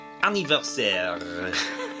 anniversaire